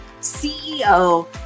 CEO